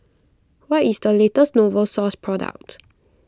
what is the latest Novosource product